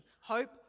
hope